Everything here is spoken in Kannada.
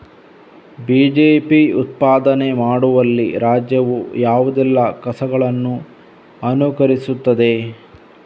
ಬೀಜ ಉತ್ಪಾದನೆ ಮಾಡುವಲ್ಲಿ ರಾಜ್ಯವು ಯಾವುದೆಲ್ಲ ಕ್ರಮಗಳನ್ನು ಅನುಕರಿಸುತ್ತದೆ?